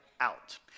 out